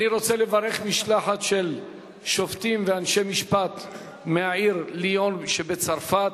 אני רוצה לברך משלחת של שופטים ואנשי משפט מהעיר ליון שבצרפת.